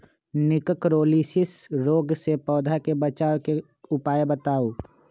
निककरोलीसिस रोग से पौधा के बचाव के उपाय बताऊ?